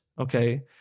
okay